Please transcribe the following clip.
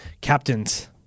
Captains